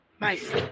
Nice